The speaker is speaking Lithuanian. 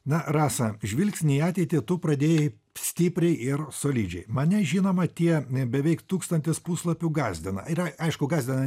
na rasą žvilgsnį į ateitį tu pradėjai stipriai ir solidžiai mane žinoma tie beveik tūkstantis puslapių gąsdina yra aišku gąsdina